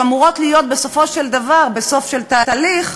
שאמורות להיות בסופו של דבר, בסוף של תהליך,